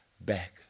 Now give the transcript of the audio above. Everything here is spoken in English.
back